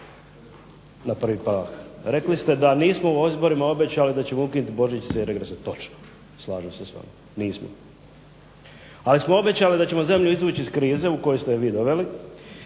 na prvi … Reli ste da nismo na izborima obećali da ćemo ukinuti božićnice i regrese, točno, slažem se s vama, nismo. Ali smo obećali da ćemo zemlju izvući iz krize u koju ste ju vi doveli,